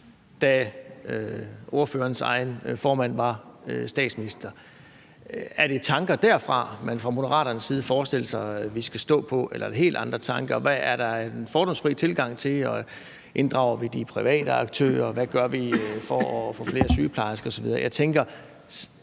da ordførerens egen formand var statsminister. Er det tanker derfra, man fra Moderaternes side forestiller sig at vi skal stå på, eller er det helt andre tanker? Er der en fordomsfri tilgang til at inddrage de private aktører? Hvad gør vi for at få flere sygeplejersker osv.? Man bliver